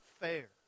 fair